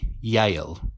Yale